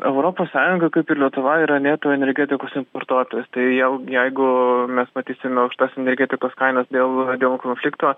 europos sąjunga kaip ir lietuva yra neto energetikos importuotojos tai jau jeigu mes matysime aukštas energetikos kainas dėl dėl konflikto